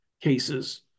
cases